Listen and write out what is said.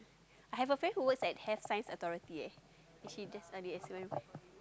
I have a friend who works at Health-Science-Authority eh she just study